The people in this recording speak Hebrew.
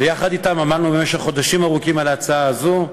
ויחד אתם עמלנו במשך חודשים ארוכים על ההצעה הזו.